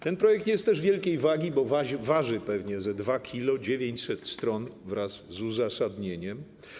Ten projekt jest też wielkiej wagi, bo waży pewnie ze 2 kg, ma 900 stron wraz z uzasadnieniem.